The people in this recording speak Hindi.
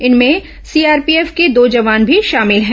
इनमें सीआरपीएफ के दो जवान भी शामिल हैं